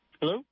hello